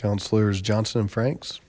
counselors johnson and franks